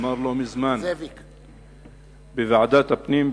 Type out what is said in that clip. אמר לא מזמן בוועדת הפנים,